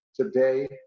today